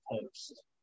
post